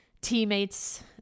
teammates